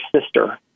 sister